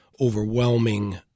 overwhelming